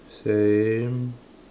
same